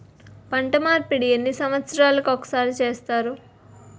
పంట మార్పిడి ఎన్ని సంవత్సరాలకి ఒక్కసారి చేస్తారు?